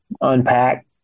unpack